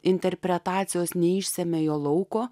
interpretacijos neišsemia jo lauko